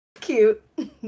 cute